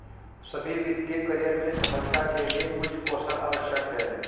सभी वित्तीय करियर में सफलता के लिए कुछ कौशल आवश्यक हैं